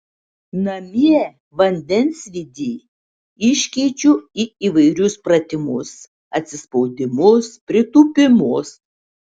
namie vandensvydį iškeičiu į įvairius pratimus atsispaudimus pritūpimus